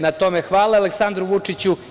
Na tome hvala Aleksandru Vučiću.